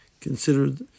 considered